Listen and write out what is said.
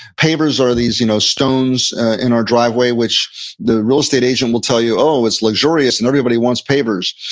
pavers are these you know stones in our driveway, which the real estate agent will tell you, oh, it's luxurious, and everybody wants pavers.